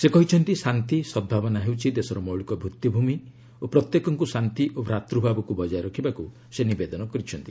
ସେ କହିଛନ୍ତି ଶାନ୍ତି ସଦ୍ଭାବନା ହେଉଛି ଦେଶର ମୌଳିକ ଭିଭିଭୂମି ଓ ପ୍ରତ୍ୟେକଙ୍କୁ ଶାନ୍ତି ଏବଂ ଭ୍ରାତୃଭାବକୁ ବଜାୟ ରଖିବାକୁ ସେ ନିବେଦନ କରିଛନ୍ତି